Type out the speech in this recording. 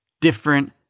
different